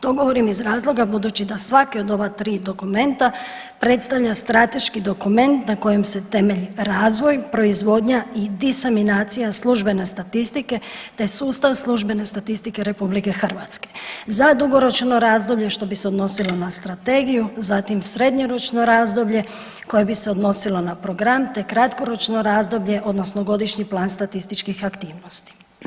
To govorim iz razloga budući da svaki od ova 3 dokumenta predstavlja strateški dokument na kojem se temelji razvoj, proizvodnja i diseminacija službene statistike, te sustav službene statistike RH za dugoročno razdoblje što bi se odnosilo na strategiju, zatim srednjoročno razdoblje koje bi se odnosilo na program, te kratkoročno razdoblje odnosno godišnji plan statističkih aktivnosti.